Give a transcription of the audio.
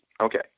Okay